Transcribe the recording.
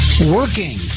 working